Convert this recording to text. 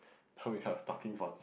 help me help I was talking for